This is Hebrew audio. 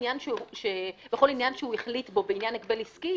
עניין שהוא החליט בו בעניין הגבל עסקי,